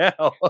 now